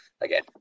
again